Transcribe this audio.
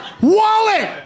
Wallet